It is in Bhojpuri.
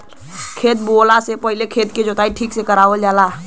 खेत बोवला से पहिले खेत के जोताई ठीक से करावल जाला